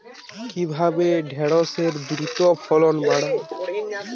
কিভাবে ঢেঁড়সের দ্রুত ফলন বাড়াব?